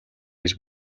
гэж